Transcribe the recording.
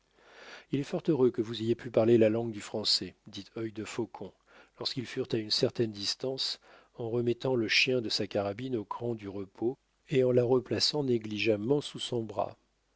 il est fort heureux que vous ayez pu parler la langue du français dit œil de faucon lorsqu'ils furent à une certaine distance en remettant le chien de sa carabine au cran du repos et en la replaçant négligemment sous son bras